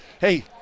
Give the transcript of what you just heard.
hey